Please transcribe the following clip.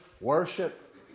worship